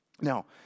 now